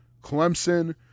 Clemson